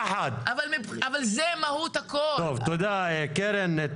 לאוכלוסייה היהודית ביחס לענייני התכנון,